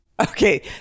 Okay